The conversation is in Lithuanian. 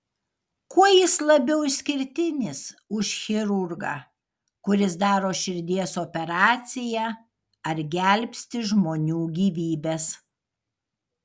kuo jis labiau išskirtinis už chirurgą kuris daro širdies operaciją ar gelbsti žmonių gyvybes